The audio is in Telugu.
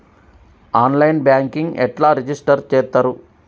ఆన్ లైన్ బ్యాంకింగ్ ఎట్లా రిజిష్టర్ చేత్తరు?